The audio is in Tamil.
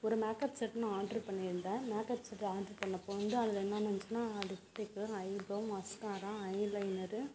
ஒரு மேக்கப் செட் நான் ஆர்ட்ரு பண்ணியிருந்தேன் மேக்கப் செட்டு ஆர்ட்ரு பண்ணப்போ வந்து அதில் என்னென்ன இருந்துச்சுனா lipstick eyebrow mascara eye liner